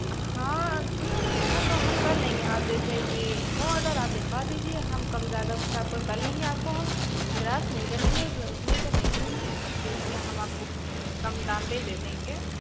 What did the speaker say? हाँ जी वह तो हम कर लेंगे आप जैसेकि हो ऑर्डर आप लिखवा दीजिए हम कम ज़्यादा उस हिसाब से कर लेंगे आपको हम निराश नहीं करेंगे उतने का नहीं लेंगे यहीं कि हम आपको कम दाम में दे देंगे